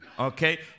Okay